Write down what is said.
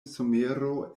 somero